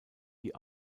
die